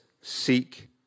seek